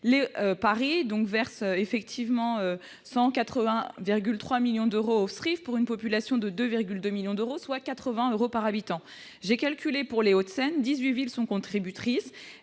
Paris verse effectivement 180,3 millions d'euros au FSRIF, pour une population de 2,2 millions d'habitants, soit 80 euros par habitant ; pour les Hauts-de-Seine, où 18 communes sont contributrices,